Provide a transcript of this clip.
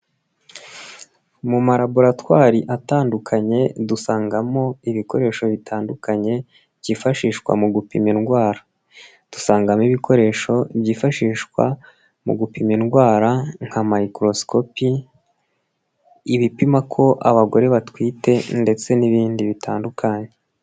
Mu malaboratwari atandukanye dusangamo ibikoresho bitandukanye, byifashishwa mu gupima indwara. Dusangamo ibikoresho byifashishwa, mu gupima indwara nka Mayikorosikopi, ibipima ko abagore batwite, ndetse n'ibindi bitandukanye.